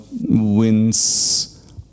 wins